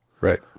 Right